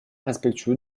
respectueux